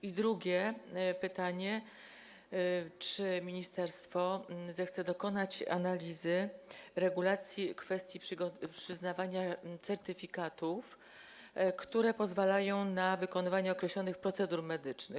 I drugie pytanie: Czy ministerstwo zechce dokonać analizy regulacji kwestii przyznawania certyfikatów, które pozwalają na wykonywanie określonych procedur medycznych?